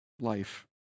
life